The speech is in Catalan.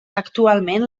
actualment